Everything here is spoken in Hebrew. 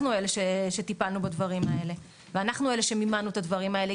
אנחנו אלה שטיפלנו בדברים האלה ואנחנו אלה שמימנו את הדברים האלה,